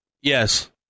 Yes